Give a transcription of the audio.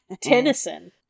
Tennyson